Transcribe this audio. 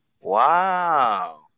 Wow